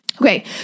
Okay